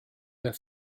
der